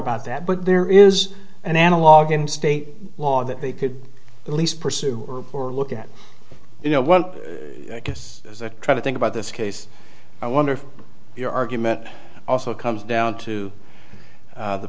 about that but there is an analog in state law that they could at least pursue or look at you know what i guess as a try to think about this case i wonder if your argument also comes down to